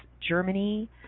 Germany